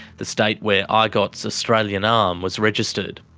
the state where igot's australian arm was registered.